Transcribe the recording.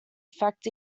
effect